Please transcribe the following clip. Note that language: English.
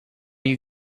you